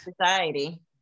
society